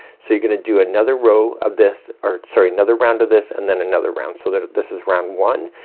so you're gonna do another row of this or sorry another round of this and then another round. so that this is round one,